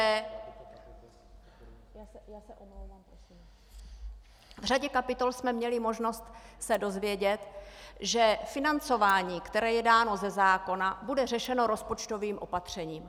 V řadě kapitol jsme měli možnost se dozvědět, že financování, které je dáno ze zákona, bude řešeno rozpočtovým opatřením.